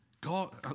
God